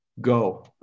go